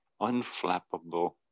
unflappable